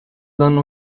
danno